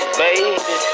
baby